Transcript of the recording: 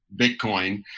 Bitcoin